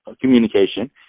communication